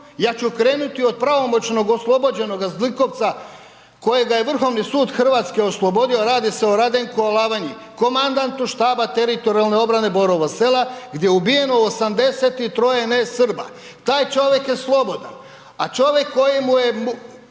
ja ću krenuti od pravomoćnog oslobođenoga zlikovca kojega je Vrhovni sud Hrvatske oslobodio, radi se o Radenku Alavanji, komandantu štaba teritorijalne obrane Borovog Sela gdje je ubijeno 83 ne Srba. Taj čovjek je slobodan. A čovjek kojemu je